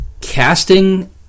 casting